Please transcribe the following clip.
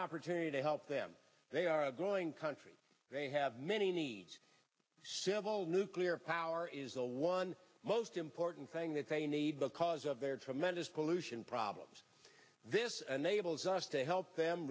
opportunity to help them they are a growing country they have many needs civil nuclear power is the one most important thing that they need because of their tremendous pollution problems this enables us to help them